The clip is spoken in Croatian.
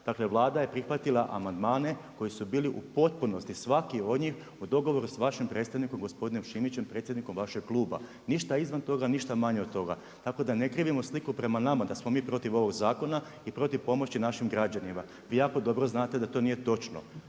Dakle, Vlada je prihvatila amandmane koji su bili u potpunosti, svaki od njih po dogovoru sa vašim predstavnikom gospodinom Šimićem predsjednikom vašeg kluba. Ništa izvan toga, ništa manje od toga, tako da ne krivimo sliku prema nama, da smo mi protiv ovog zakona i protiv pomoći našim građanima. Vi jako dobro znate da to nije točno.